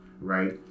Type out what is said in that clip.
right